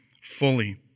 fully